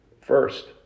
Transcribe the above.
first